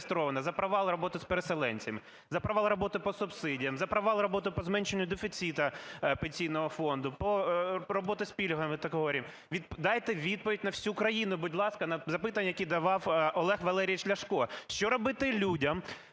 за провал роботи з переселенцями, за провал роботи по субсидіям, за провал роботи по зменшенню дефіциту Пенсійного фонду, роботи з пільгами. Дайте відповідь на всю країну, будь ласка, на запитання, які давав Олег Валерійович Ляшко: що робити людям,